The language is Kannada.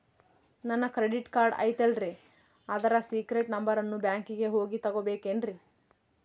ನನ್ನ ಕ್ರೆಡಿಟ್ ಕಾರ್ಡ್ ಐತಲ್ರೇ ಅದರ ಸೇಕ್ರೇಟ್ ನಂಬರನ್ನು ಬ್ಯಾಂಕಿಗೆ ಹೋಗಿ ತಗೋಬೇಕಿನ್ರಿ?